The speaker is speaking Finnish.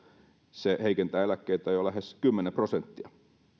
se heikentää eläkkeitä jo lähes kymmenen prosenttia